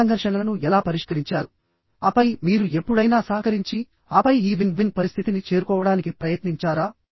మీరు సంఘర్షణలను ఎలా పరిష్కరించారు ఆపై మీరు ఎప్పుడైనా సహకరించి ఆపై ఈ విన్ విన్ పరిస్థితిని చేరుకోవడానికి ప్రయత్నించారా